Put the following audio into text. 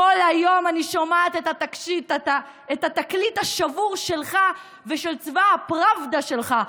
כל היום אני שומעת את התקליט השבור שלך ושל צבא הפרבדה שלך: